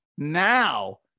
Now